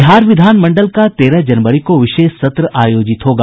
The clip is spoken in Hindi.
बिहार विधानमंडल का तेरह जनवरी को विशेष सत्र आयोजित होगा